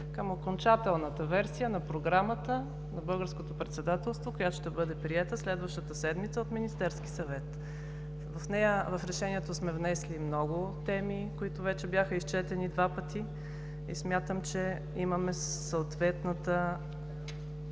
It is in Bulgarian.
към окончателната версия на Програмата за българското председателство, която ще бъде приета следващата седмица в Министерския съвет. С нея в Решението сме внесли много теми, които вече бяха изчетени два пъти, и смятам, че имаме приноса,